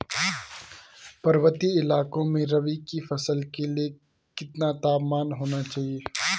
पर्वतीय इलाकों में रबी की फसल के लिए कितना तापमान होना चाहिए?